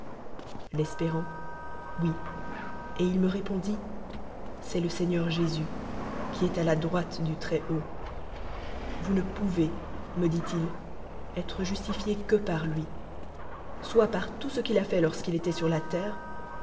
l'espét oui et il me r pondit c'est le seigneur jésus qoi est à la droite du très-haut vous ne poove me dit-il être justifié que par lu soit par tout ce qu'il a fait lorsqu'il étoit sur la terre